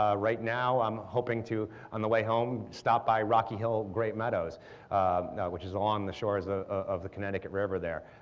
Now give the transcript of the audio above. ah right now i'm hoping to on the way home stop by rocky hill great meadows which is on the shores ah of the connecticut river there.